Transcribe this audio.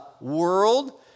world